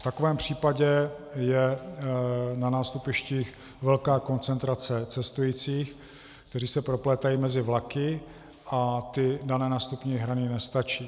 V takovém případě je na nástupištích velká koncentrace cestujících, kteří se proplétají mezi vlaky, a ty dané nástupní hrany nestačí.